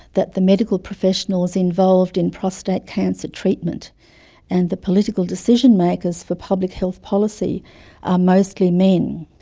that the medical professionals involved in prostate cancer treatment and the political decision makers for public health policy are mostly men.